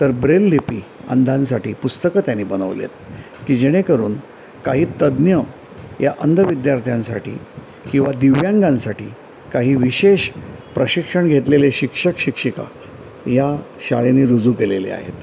तर ब्रेल लिपी अंधांसाठी पुस्तकं त्याने बनवलेत की जेणेकरून काही तज्ञ या अंध विद्यार्थ्यांसाठी किंवा दिव्यांगांसाठी काही विशेष प्रशिक्षण घेतलेले शिक्षक शिक्षिका या शाळेने रुजू केलेले आहेत